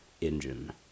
engine